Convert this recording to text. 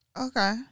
Okay